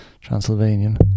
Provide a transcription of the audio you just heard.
Transylvanian